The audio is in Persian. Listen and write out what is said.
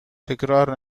تکرار